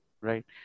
right